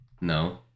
No